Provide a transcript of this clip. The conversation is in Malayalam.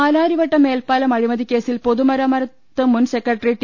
പാലാരിവട്ടം മേൽപ്പാലം അഴിമതിക്കേസിൽ പൊതുമരാമത്ത് മുൻ സെക്രട്ടറി ടി